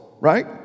right